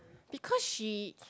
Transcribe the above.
because she